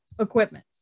equipment